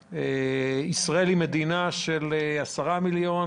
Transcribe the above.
ישראל היא מדינה של עשרה מיליון,